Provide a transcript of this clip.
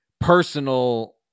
personal